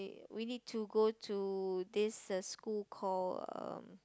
we need to go to this uh school call um